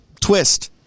twist